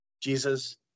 Jesus